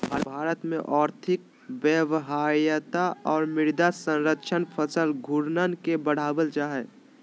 भारत में और्थिक व्यवहार्यता औरो मृदा संरक्षण फसल घूर्णन के बढ़ाबल जा हइ